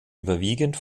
überwiegend